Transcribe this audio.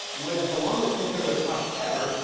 in what is the longest intro to a talk ever,